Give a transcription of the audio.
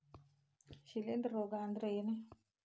ಶಿಲೇಂಧ್ರ ರೋಗಾ ಅಂದ್ರ ಏನ್?